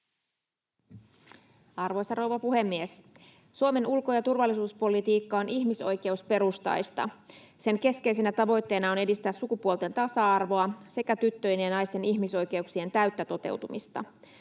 Arvoisa rouva puhemies! Suomen ulko- ja turvallisuuspolitiikka on ihmisoikeusperustaista. Sen keskeisenä tavoitteena on edistää sukupuolten tasa-arvoa sekä tyttöjen ja naisten ihmisoikeuksien täyttä toteutumista.